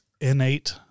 innate